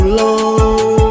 long